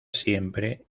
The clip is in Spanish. siempre